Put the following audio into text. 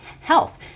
health